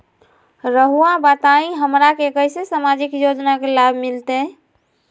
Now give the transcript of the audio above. रहुआ बताइए हमरा के कैसे सामाजिक योजना का लाभ मिलते?